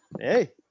Hey